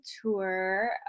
tour